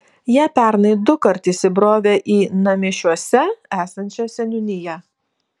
jie pernai dukart įsibrovė į namišiuose esančią seniūniją